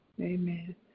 Amen